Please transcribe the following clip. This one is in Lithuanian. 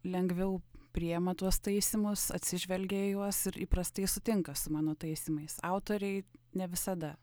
lengviau priima tuos taisymus atsižvelgia į juos ir įprastai sutinka su mano taisymais autoriai ne visada